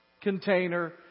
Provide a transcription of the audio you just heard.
container